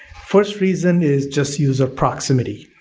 first reason is just user proximity.